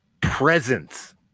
presence